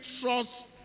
trust